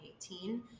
2018